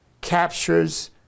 captures